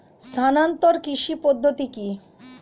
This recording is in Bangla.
স্থানান্তর কৃষি পদ্ধতি কি?